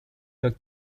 the